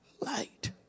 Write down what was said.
light